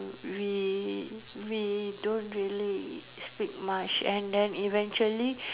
we we don't really speak much and then eventually